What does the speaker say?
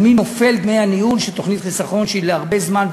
על מי נופלים דמי הניהול של תוכנית חיסכון שהיא להרבה זמן,